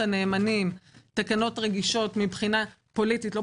הנאמנים תקנות רגישות מבחינה פוליטית